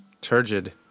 Turgid